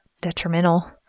detrimental